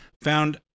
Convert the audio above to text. found